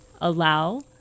allow